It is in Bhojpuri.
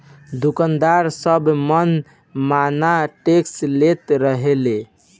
दुकानदार सब मन माना टैक्स लेत रहले